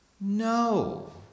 no